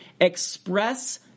express